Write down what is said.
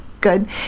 good